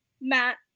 Matt